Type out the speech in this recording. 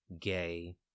gay